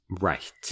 Right